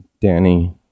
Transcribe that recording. Danny